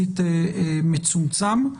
יחסית מצומצם.